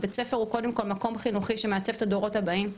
בית הספר הוא קודם כול מקום חינוכי שמעצב את הדורות הבאים,